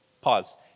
Pause